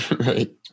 right